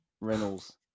Reynolds